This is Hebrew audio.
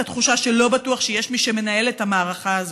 התחושה שלא בטוח שיש מי שמנהל את המערכה הזו,